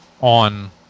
On